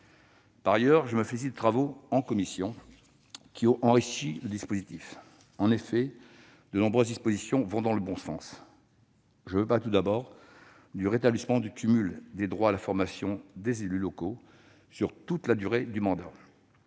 Par ailleurs, je me félicite des travaux en commission, qui ont enrichi le dispositif. De nombreuses dispositions vont dans le bon sens. Je veux parler, tout d'abord, du rétablissement du cumul des droits à la formation des élus locaux sur toute la durée du mandat,